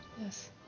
Yes